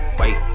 wait